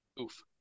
Oof